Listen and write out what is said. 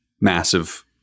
massive